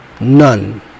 None